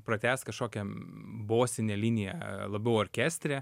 pratęst kažkokiam bosinę liniją labiau orkestre